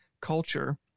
culture